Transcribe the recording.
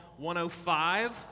105